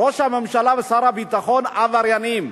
ראש הממשלה ושר הביטחון עבריינים.